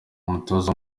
umutoza